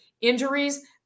Injuries